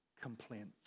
complaints